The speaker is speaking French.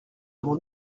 avons